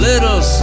Little